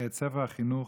את ספר החינוך,